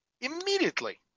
immediately